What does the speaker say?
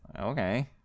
Okay